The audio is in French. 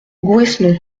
gouesnou